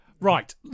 Right